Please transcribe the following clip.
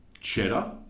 cheddar